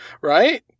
right